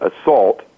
assault